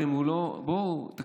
תספר לנו מה שנות האור שהוא קידם.